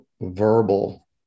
verbal